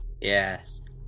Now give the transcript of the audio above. Yes